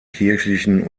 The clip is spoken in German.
kirchlichen